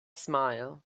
smile